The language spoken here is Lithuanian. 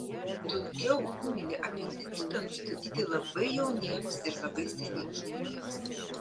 sunkiau ūminį apendicitą nustatyti labai jauniems ir labai seniems žmonėms